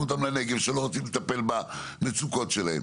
אותם לנגב שלא רוצים לטפל במצוקות שלהם,